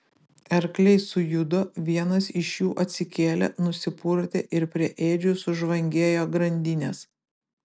arkliai sujudo vienas iš jų atsikėlė nusipurtė ir prie ėdžių sužvangėjo grandinės